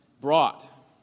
brought